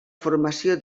formació